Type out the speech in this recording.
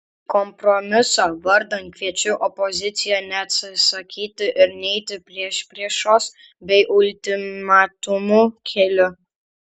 kompromiso vardan kviečiu opoziciją neatsisakyti ir neiti priešpriešos bei ultimatumų keliu